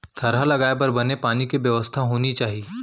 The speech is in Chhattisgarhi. थरहा लगाए बर बने पानी के बेवस्था होनी चाही